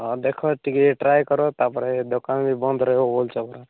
ହଁ ଦେଖ ଟିକେ ଟ୍ରାଏ କର ତା'ପରେ ଦୋକାନ ବି ବନ୍ଦ ରହିବ ବୋଲୁଛ ପରା